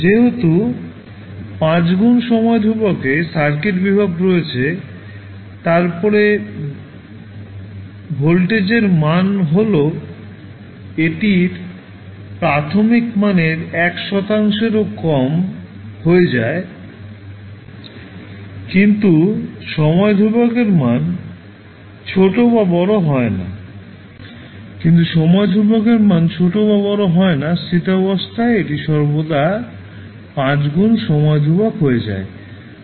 যেহেতু 5 গুণ সময় ধ্রুবক এ সার্কিট ভোল্টেজ রয়েছে তারপরে ভোল্টেজের মান হল এটির প্রাথমিক মানের 1 শতাংশেরও কম হয়ে যায় কিন্তু সময় ধ্রুবকের মান ছোট বা বড় হয় না স্থিতাবস্থায় এটি সর্বদা 5 গুণ সময় ধ্রুবক হয়ে যায়